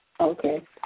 Okay